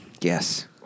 Yes